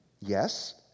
Yes